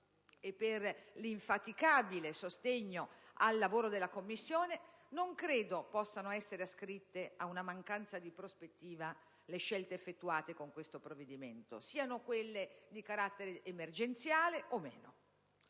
e per l'infaticabile sostegno all'operato della Commissione, non credo possano essere ascritte a una mancanza di prospettiva le scelte effettuate con questo provvedimento, siano quelle di carattere emergenziale o no.